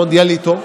המונדיאליטו.